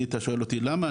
אתה שואל אותי למה,